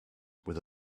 with